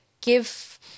give